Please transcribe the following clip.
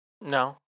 No